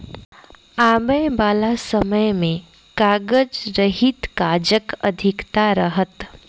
आबयबाला समय मे कागज रहित काजक अधिकता रहत